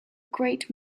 great